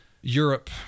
Europe